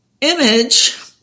image